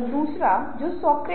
दूसरों को उचित भार देने वाले समूह के अन्य सदस्यों को ध्यान में रखते हुए अन्य दृष्टिकोण को सुनने के लिए धैर्य रखने और अपनी राय देने की कोशिश करते हुए दूसरों की राय का निष्कर्ष निकालते हुए